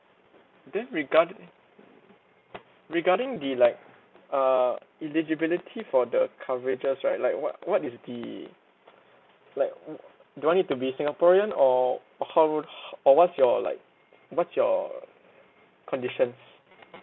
then regarding regarding the like uh eligibility for the coverages right like what what is the like do I need to be singaporean or how what's your like what's your conditions